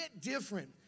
different